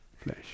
flesh